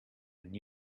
and